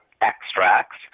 extracts